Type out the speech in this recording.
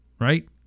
Right